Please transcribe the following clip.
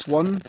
one